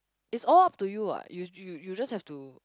it's all up to you what you you you just have to